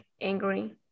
angry